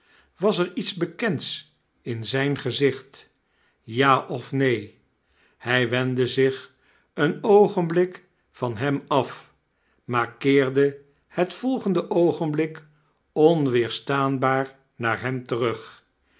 was er iets bekends in zyn gezicht ja of neen hy wendde zich een oogenblik van hem af maar keerde het volgende oogenblik onweerstaanbaar naar hem terug